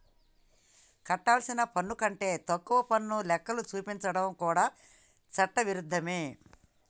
కట్టాల్సిన పన్ను కంటే తక్కువ పన్ను లెక్కలు చూపించడం కూడా చట్ట విరుద్ధమే